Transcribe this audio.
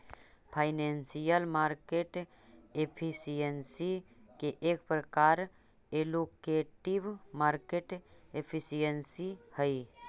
financial market efficiency के एक प्रकार एलोकेटिव मार्केट एफिशिएंसी हई